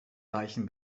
reichen